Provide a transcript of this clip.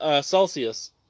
Celsius